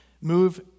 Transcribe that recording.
move